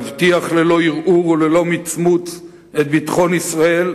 להבטיח ללא ערעור וללא מצמוץ את ביטחון ישראל,